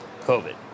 covid